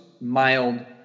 mild